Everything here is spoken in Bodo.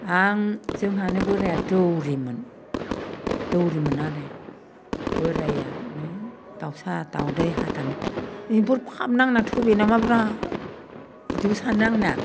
आं जोंहानि बोराया दौरिमोन दौरिमोन आरो बोराया बिदिनो दाउसा दावदै हादानाय बेफोर फाप नांना थैबाय नामाब्रा बिदिबो सानो आंनिया